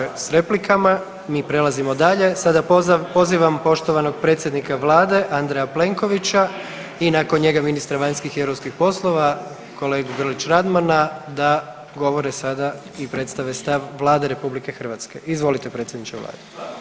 Gotovo je s replikama, mi prelazimo dalje, sada pozivam poštovanog predsjednika vlade Andreja Plenkovića i nakon njega ministra vanjskih i europskih poslova kolegu Grlić Radmana da govore sada i predstave stav Vlade RH, izvolite predsjedniče vlade.